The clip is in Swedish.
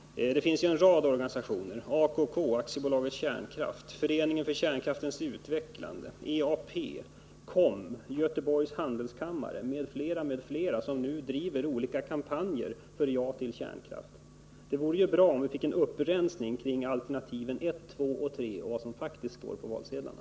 Det finns ju en rad organisationer — AB Kärnkraft , Föreningen för kärnkraftens utvecklande, EAP, KOM, Göteborgs Handelskammare m.fl. — som nu driver olika kampanjer för ja till kärnkraft. Det vore bra om vi fick en upprensning kring alternativen 1, 2 och 3, så att det kom fram vad som faktiskt står på valsedlarna.